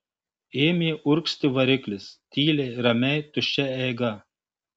ėmė urgzti variklis tyliai ramiai tuščia eiga